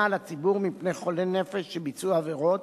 על הציבור מפני חולי נפש שביצעו עבירות,